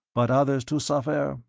but others to suffer?